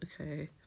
okay